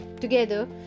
Together